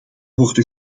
worden